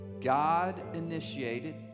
God-initiated